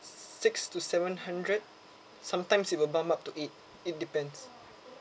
six to seven hundred sometimes it'll bump up to eight it depends